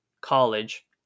college